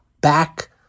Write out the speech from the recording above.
back